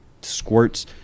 squirts